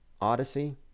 Odyssey